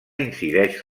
incideix